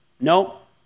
Nope